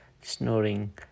snoring